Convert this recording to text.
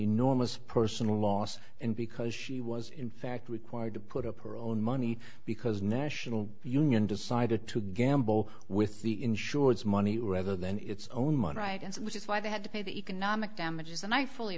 enormous personal loss and because she was in fact required to put up her own money because national union decided to gamble with the insurance money rather than its own money right which is why they had to pay the economic damages and i fully